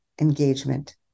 engagement